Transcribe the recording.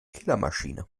killermaschine